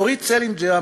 דורית סלינגר,